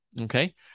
Okay